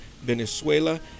Venezuela